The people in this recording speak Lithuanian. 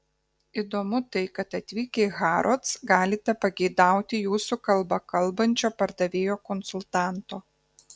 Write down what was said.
įdomu tai kad atvykę į harrods galite pageidauti jūsų kalba kalbančio pardavėjo konsultanto